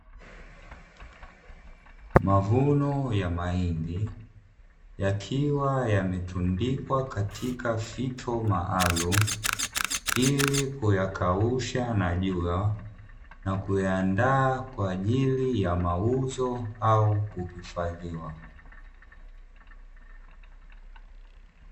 Mavuno ya mahindi yakiwa yametundikwa katika fito maalumu ili kuyakausha na jua na kuyaandaa kwa ajili ya mauzo au kuhifadhiwa.